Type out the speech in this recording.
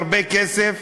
הרבה כסף,